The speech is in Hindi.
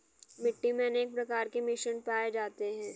मिट्टी मे अनेक प्रकार के मिश्रण पाये जाते है